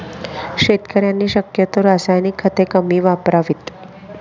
शेतकऱ्यांनी शक्यतो रासायनिक खते कमी वापरावीत